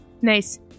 Nice